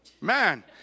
Man